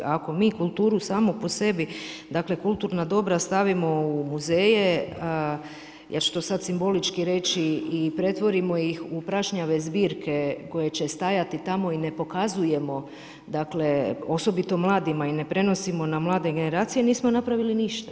Ako mi kulturu samu po sebi, dakle, kulturna dobra stavimo u muzeje, ja ću to sad simbolički reći, i pretvorimo ih u prašnjave zbirke koje će stajati tamo i ne pokazujemo dakle, osobito mladima i ne prenosimo na mlade generacije, nismo napravili ništa.